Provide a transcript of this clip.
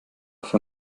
für